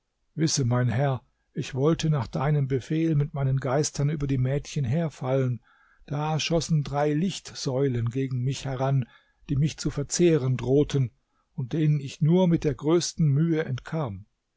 wisse mein herr ich wollte nach deinem befehl mit meinen geistern über die mädchen herfallen da schossen drei lichtsäulen gegen mich heran die mich zu verzehren drohten und denen ich nur mit der größten mühe entkam